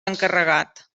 encarregat